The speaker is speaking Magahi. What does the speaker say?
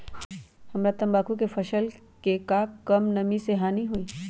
हमरा तंबाकू के फसल के का कम नमी से हानि होई?